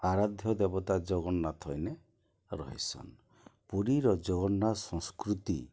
ଆରାଧ୍ୟ ଦେବତା ଜଗନ୍ନାଥ ଇନେ ରହେସନ୍ ପୁରୀର ଜଗନ୍ନାଥ୍ ସଂସ୍କୃତି